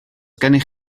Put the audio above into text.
gennych